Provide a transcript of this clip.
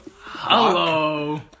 Hello